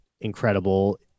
incredible